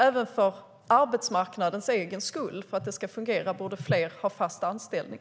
Även för arbetsmarknadens egen skull, för att det ska fungera, borde fler ha fast anställning.